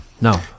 No